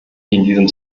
diesem